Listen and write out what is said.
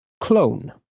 Clone